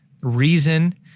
reason